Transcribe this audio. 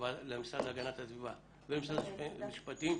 למשרד להגנת הסביבה ולמשרד המשפטים,